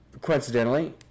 coincidentally